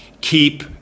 Keep